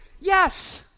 yes